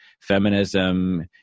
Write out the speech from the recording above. feminism